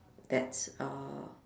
that's uh